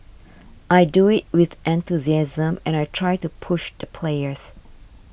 I do it with enthusiasm and I try to push the players